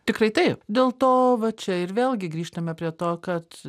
tikrai taip dėl to va čia ir vėlgi grįžtame prie to kad